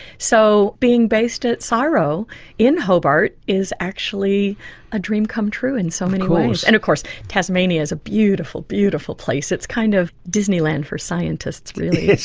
so being based at csiro in hobart is actually a dream-come-true in so many ways, and of course tasmania is a beautiful, beautiful place. it's kind of disneyland for scientists really. yes,